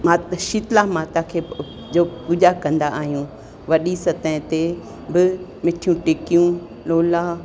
माउ शीतला माता खे जो पूॼा कंदा आहियूं वॾी सतह ते बि मिठियूं टिकियूं लोला